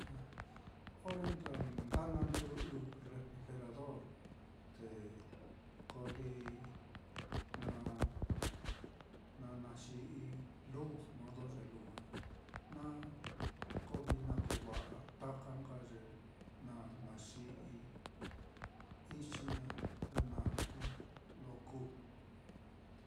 A ore nka nda nandɨꞌɨ refrigerador, te ko li na na na xi'i luz modo ye lujua na koo vií na koo va'a taka nka ye na naxi'i ichii naá, ye na kuu lo kuu.